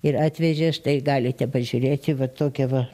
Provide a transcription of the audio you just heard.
ir atvežė štai galite pažiūrėti va tokią va